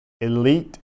Elite